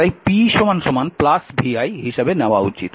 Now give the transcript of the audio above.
তাই pvi হিসাবে নেওয়া উচিত